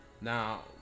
Now